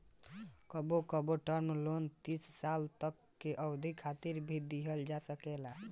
कबो कबो term loan तीस साल तक के अवधि खातिर भी दीहल जा सकेला